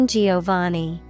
Giovanni